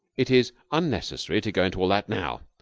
it is unnecessary to go into all that now.